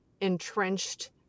entrenched